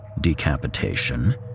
decapitation